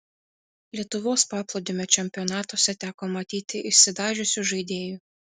lietuvos paplūdimio čempionatuose teko matyti išsidažiusių žaidėjų